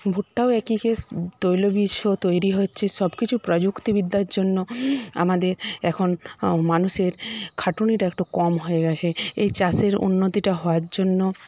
ভুট্টাও একই কেস তৈল বীজও তৈরি হচ্ছে সব কিছু প্রযুক্তিবিদ্যার জন্য আমাদের এখন মানুষের খাটনিটা একটু কম হয়ে গেছে এই চাষের উন্নতিটা হওয়ার জন্য